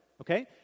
Okay